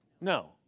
No